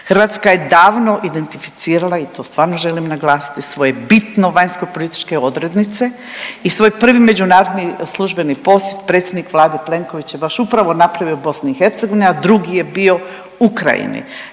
Hrvatska je davno identificirala i to stvarno želim naglasiti svoje bitne vanjsko-političke odrednice i svoj prvi međunarodni službeni posjet predsjednik Vlade Plenković je baš upravo napravio BiH, a drugi je bio Ukrajini.